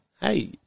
Hey